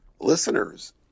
listeners